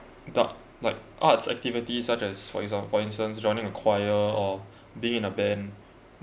that like arts activities such as for exam~ for instance joining a choir or being in a band